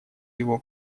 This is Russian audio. его